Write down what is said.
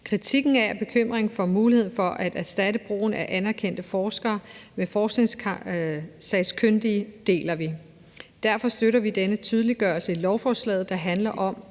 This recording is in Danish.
Kritikken af og bekymringen for muligheden for at erstatte brugen af anerkendte forskere med forskningskyndige deler vi. Derfor støtter vi den tilgang til lovforslaget, der handler om,